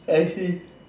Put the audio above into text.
I see